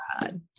God